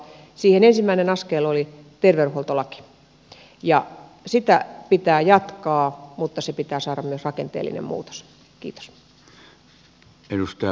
siihen ensimmäinen askel oli terveydenhuoltolaki ja sitä pitää jatkaa mutta siihen pitää saada myös rakenteellinen muutos